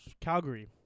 Calgary